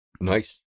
Nice